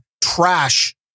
trash